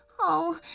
Oh